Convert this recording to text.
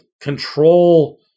control